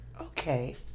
Okay